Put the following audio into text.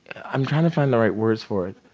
i'm trying to find the right words for it.